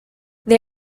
they